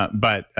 but but,